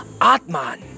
Atman